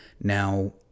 Now